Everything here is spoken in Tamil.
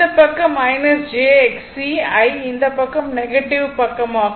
இந்த பக்கம் j Xc I இந்த பக்கம் நெகட்டிவ் பக்கமாகும்